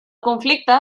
conflicte